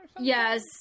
Yes